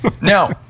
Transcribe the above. now